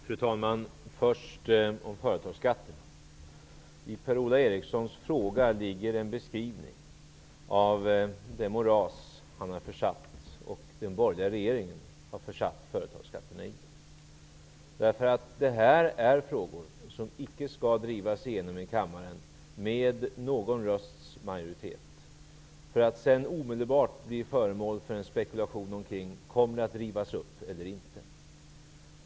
Fru talman! Först vill jag tala om företagsskatten. I Per-Ola Erikssons fråga ligger en beskrivning av det moras som han och den borgerliga regeringen har försatt företagsskatterna i. Det här är frågor som icke skall drivas igenom i kammaren med någon rösts majoritet för att sedan omedelbart bli föremål för spekulationer om huruvida besluten kommer att rivas upp eller inte.